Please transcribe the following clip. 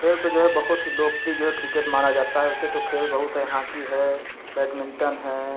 खेल तो जो है बहुत ही लोकप्रिय जो है क्रिकेट माना जाता है वैसे तो खेल बहुत है हॉकी है बैडमिंटन है